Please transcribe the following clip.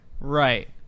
right